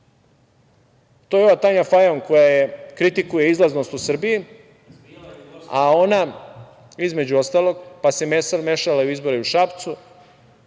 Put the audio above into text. To je ova Tanja Fajon koja kritikuje izlaznost u Srbiji, a ona, između ostalog, pa se mešala u izbore u Šapcu.